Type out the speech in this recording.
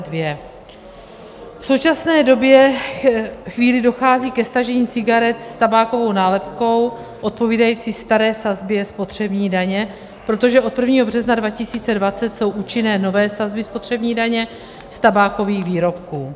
V současné době chvíli dochází ke stažení cigaret s tabákovou nálepkou odpovídající staré sazbě spotřební daně, protože od 1. března 2020 jsou účinné nové sazby spotřební daně z tabákových výrobků.